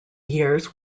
years